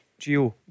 Gio